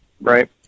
right